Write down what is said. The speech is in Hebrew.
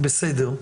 זה בסדר,